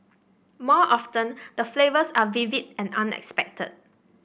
more often the flavours are vivid and unexpected